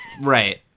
Right